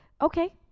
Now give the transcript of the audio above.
Okay